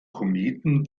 kometen